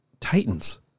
Titans